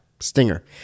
Stinger